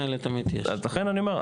אז לכן אני אומר,